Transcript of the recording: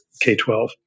K-12